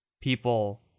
people